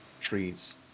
trees